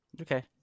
Okay